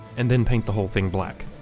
and then paint the whole thing black.